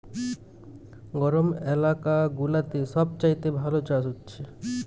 গরম এলাকা গুলাতে সব চাইতে ভালো চাষ হচ্ছে